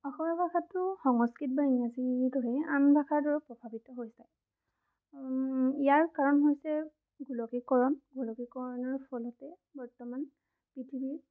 অসমীয়া ভাষাটো সংস্কৃত বা ইংৰাজীৰ দৰে আন ভাষাৰ দ্বাৰা প্ৰভাৱিত হৈছে ইয়াৰ কাৰণ হৈছে গোলকীকৰণ গোলকীকৰণৰ ফলতে বৰ্তমান পৃথিৱীৰ